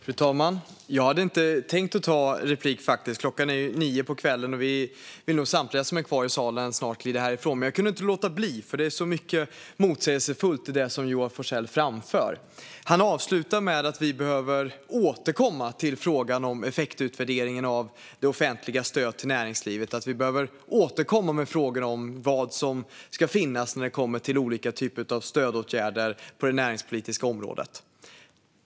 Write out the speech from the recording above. Fru talman! Jag hade inte tänkt ta replik. Klockan är ju nio på kvällen, och vi vill nog samtliga som är kvar i salen snart glida härifrån. Men jag kunde inte låta bli, för det är så mycket motsägelsefullt i det som Joar Forssell framför. Han avslutar med att vi behöver återkomma till frågan om effektutvärderingen av det offentliga stödet till näringslivet och att vi behöver återkomma med frågor om vad som ska finnas när det kommer till olika typer av stödåtgärder på det näringspolitiska området.